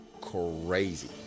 crazy